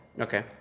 Okay